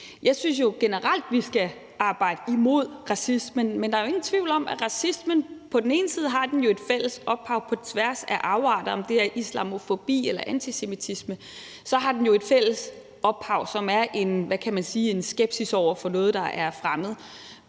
Jeg synes jo generelt, at vi skal arbejde imod racisme. Men der er jo ingen tvivl om, at racismen på den ene side har et fælles ophav på tværs af afarter; om det er islamofobi eller antisemitisme, har den jo et fælles ophav, som er en skepsis over for noget, der er fremmed.